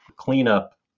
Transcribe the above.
cleanup